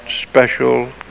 special